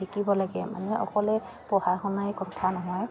শিকিব লাগে মানুহে অকলে পঢ়া শুনাই কথা নহয়